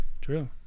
True